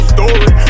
Story